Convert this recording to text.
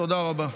תודה רבה.